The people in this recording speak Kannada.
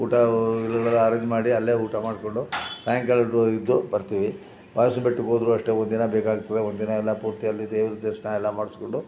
ಊಟ ಗಳನ್ನೆಲ್ಲ ಅರೆಂಜ್ ಮಾಡಿ ಅಲ್ಲೇ ಊಟ ಮಾಡಿಕೊಂಡು ಸಾಯಂಕಾಲದವರೆಗಿಂದು ಬರ್ತೀವಿ ಮಾದೇಶ್ವರನ ಬೆಟ್ಟಕ್ಕೆ ಹೋದ್ರೂ ಅಷ್ಟೇ ಒಂದಿನ ಬೇಕಾಗ್ತದೆ ಒಂದಿನ ಎಲ್ಲ ಪೂರ್ತಿ ಅಲ್ಲಿ ದೇವ್ರು ದರ್ಶನ ಎಲ್ಲ ಮಾಡಿಸ್ಕೊಂಡು